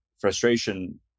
Frustration